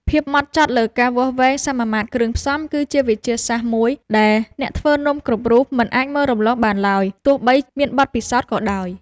ភាពហ្មត់ចត់លើការវាស់វែងសមាមាត្រគ្រឿងផ្សំ គឺជាវិទ្យាសាស្ត្រមួយដែលអ្នកធ្វើនំគ្រប់រូបមិនអាចមើលរំលងបានឡើយទោះបីមានបទពិសោធន៍ក៏ដោយ។